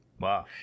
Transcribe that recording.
Wow